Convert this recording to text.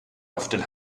often